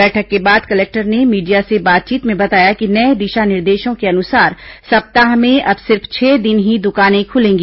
बैठक के बाद कलेक्टर ने मीडिया से बातचीत में बताया कि नए दिशा निर्देशों के अनुसार सप्ताह में अब सिर्फ छह दिन ही दुकानें खुलेंगी